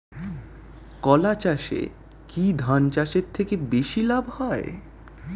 কলা চাষে কী ধান চাষের থেকে বেশী লাভ হয়?